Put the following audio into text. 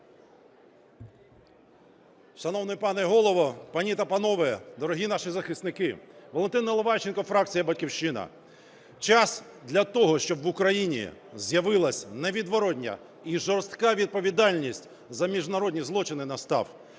Шановний пане Голово, пані та панове, дорогі наші захисники! Валентин Наливайченко, фракція "Батьківщина". Час для того, щоб в Україні з'явилась невідворотна і жорстка відповідальність за міжнародні злочини настав.